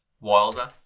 Wilder